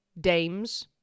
dames